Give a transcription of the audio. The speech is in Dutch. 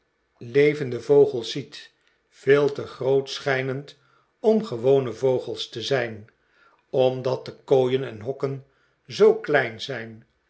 levende vogels ziet veel te groot schijnend om gewone vogels te zijn omdat de kooien en hokken zoo klein zijn